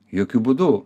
jokiu būdu